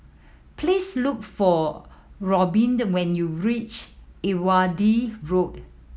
please look for Robyn when you reach Irrawaddy Road